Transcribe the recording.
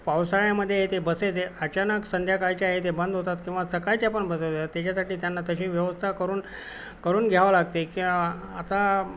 पावसाळ्यामध्ये येते बसेस अचानक संध्याकाळच्या आहे ते बंद होतात किंवा सकाळच्या पण बसेस त्याच्यासाठी त्यांना तशी व्यवस्था करून करून घ्यावं लागते किंवा आता